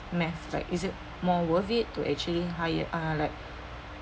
math right is it more worth it to actually hire uh like